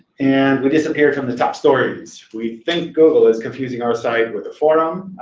and we disappeared from the top stories. we think google is confusing our site with the forum,